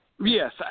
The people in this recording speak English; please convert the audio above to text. Yes